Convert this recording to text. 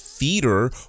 Theater